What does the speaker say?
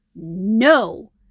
no